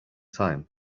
time